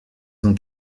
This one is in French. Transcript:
ont